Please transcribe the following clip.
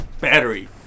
Battery